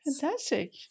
Fantastic